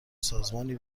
سازمانی